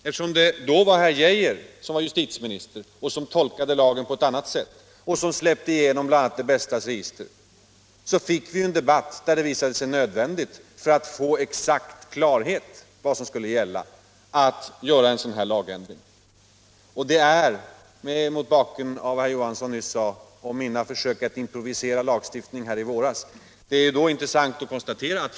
Eftersom då herr Geijer som justitieminister tolkade lagen på ett annat sätt och släppte igenom bl.a. Det Bästas register, fick vi en debatt där det visade sig nödvändigt att göra en lagändring för att få exakt klarhet i vad som skulle gälla. Det är mot bakgrund av vad herr Johansson i Trollhättan nyss sade om mina försök att här i våras improvisera lagstiftning intressant att konstatera följande.